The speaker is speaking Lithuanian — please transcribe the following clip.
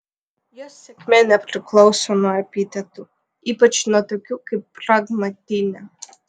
jos sėkmė nepriklauso nuo epitetų ypač nuo tokių kaip pragmatinė